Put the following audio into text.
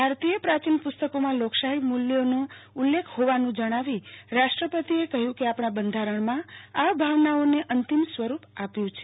ભારતીય પ્રાચીન પુસ્તકોમાં લોકશાહી મૂલ્યોનો ઉલ્લેખ હોવાનું જણાવી રાષ્ટ્રપતિએ કહ્યું કે આપણા બંધારણમાં આ ભાવનાઓને અંતિમ સ્વરૂપ આપ્યું છે